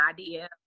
idea